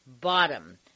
bottom